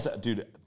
Dude